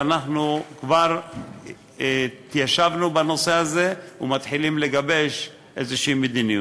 ואנחנו כבר התיישבנו בנושא הזה ומתחילים לגבש איזו מדיניות.